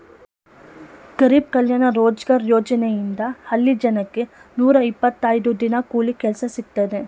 ಗರಿಬ್ ಕಲ್ಯಾಣ ರೋಜ್ಗಾರ್ ಯೋಜನೆಯಿಂದ ಹಳ್ಳಿ ಜನಕ್ಕೆ ನೂರ ಇಪ್ಪತ್ತೈದು ದಿನ ಕೂಲಿ ಕೆಲ್ಸ ಸಿಕ್ತಿದೆ